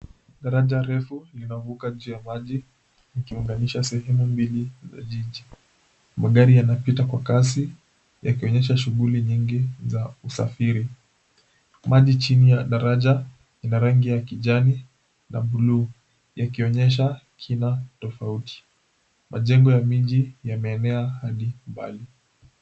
Daraja refu linavuka juu ya maji likiunganisha sehemi mbili za jiji. Magari yanapita kwa kasi yakionyesha shughuli nyingi za usafiri. Maji chini ya daraja ina rangi ya kijani na bluu yakionyesha kina tofauti. Majengo ya miji yameenea hadi mbali.